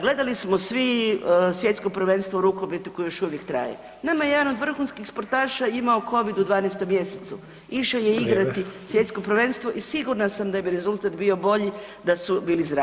Gledali smo svi Svjetsko prvenstvo u rukometu koje još uvijek traje, nama je jedan od vrhunskih sportaša imao Covid u 12. mjesecu išao je [[Upadica: Vrijeme.]] igrati svjetsko prvenstvo i sigurna sam da bi rezultat bio bolji da su bili zdravi.